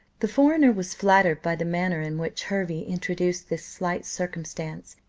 the foreigner was flattered by the manner in which hervey introduced this slight circumstance,